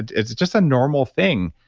and it's just a normal thing.